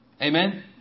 Amen